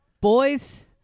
boys